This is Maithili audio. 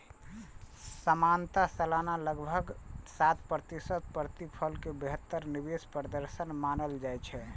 सामान्यतः सालाना लगभग सात प्रतिशत प्रतिफल कें बेहतर निवेश प्रदर्शन मानल जाइ छै